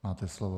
Máte slovo.